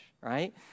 right